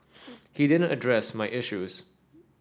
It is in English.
he didn't address my issues